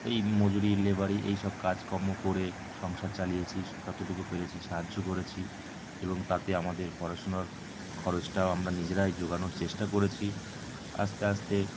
ওই মজুরি লেবারি এই সব কাজ কর্ম করে সংসার চালিয়েছি যতটুকু পেরেছি সাহায্য করেছি এবং তাতে আমাদের পড়াশুনোর খরচটাও আমরা নিজেরাই জোগানোর চেষ্টা করেছি আস্তে আস্তে